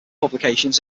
publications